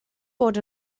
bod